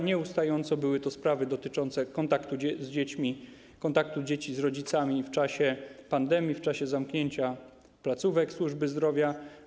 Nieustająco były to sprawy dotyczące kontaktu z dziećmi, kontaktu dzieci z rodzicami w czasie pandemii, w czasie zamknięcia placówek służby zdrowia.